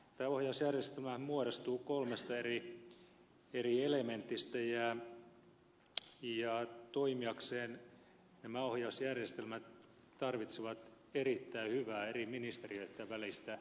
tämä ohjausjärjestelmähän muodostuu kolmesta eri elementistä ja toimiakseen nämä ohjausjärjestelmät tarvitsevat erittäin hyvää eri ministeriöitten välistä yhteistyötä